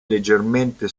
leggermente